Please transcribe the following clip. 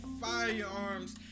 firearms